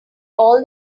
all